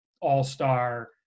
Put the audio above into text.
all-star